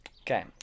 Okay